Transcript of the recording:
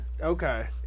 Okay